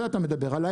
אתה מדבר לכל מטרה?